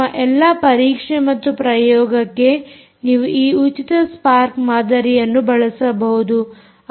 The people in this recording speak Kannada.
ನಿಮ್ಮ ಎಲ್ಲಾ ಪರೀಕ್ಷೆ ಮತ್ತು ಪ್ರಯೋಗಕ್ಕೆ ನೀವು ಈ ಉಚಿತ ಸ್ಪಾರ್ಕ್ ಮಾದರಿಯನ್ನು ಬಳಸಬಹುದು